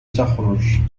تخرج